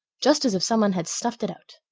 just as if someone had snuffed it out.